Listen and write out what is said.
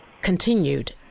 continued